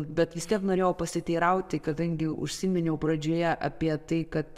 bet vis tiek norėjau pasiteirauti kadangi užsiminiau pradžioje apie tai kad